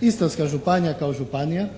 Istarska županija kao županija,